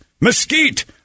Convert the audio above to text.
mesquite